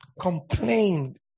complained